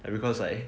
and because like